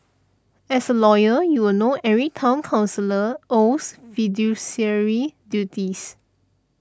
as a lawyer you will know every Town Councillor owes fiduciary duties